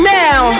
now